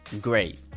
Great